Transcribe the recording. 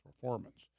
performance